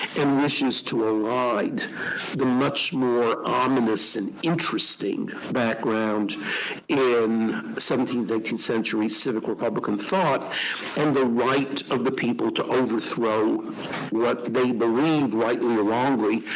and this is to ah align the much more ominous and interesting background in seventeenth, eighteenth century civic republican thought and the right of the people to overthrow what they believed, rightly or wrongly,